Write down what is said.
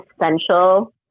essential